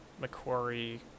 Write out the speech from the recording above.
Macquarie